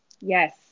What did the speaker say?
yes